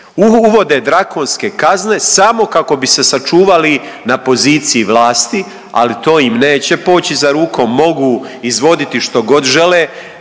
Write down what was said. Uvode drakonske kazne samo kako bi se sačuvali na poziciji vlasti, ali to im neće poći za rukom, mogu izvoditi što god žele